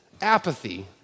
apathy